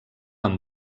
amb